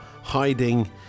hiding